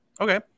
Okay